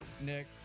Nick